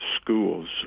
schools